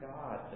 God